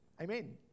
Amen